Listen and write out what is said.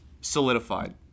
solidified